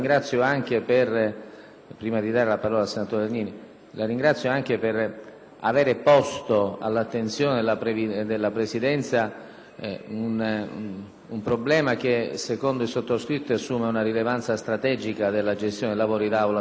La ringrazio, senatore Morando, anche per avere posto all'attenzione della Presidenza un problema che, secondo il sottoscritto, assume una rilevanza strategica nella gestione dei lavori dell'Assemblea durante la sessione di bilancio.